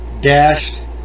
dashed